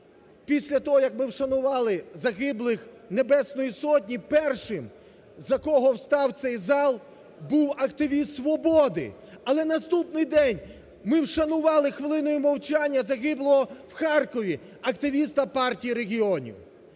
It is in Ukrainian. після того, як ми вшанували загиблих Небесної Сотні, першим, за кого встав цей зал, був активіст "Свободи". Але на наступний день ми вшанували хвилиною мовчання загиблого в Харкові активіста Партії регіонів.